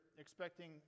expecting